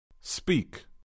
Speak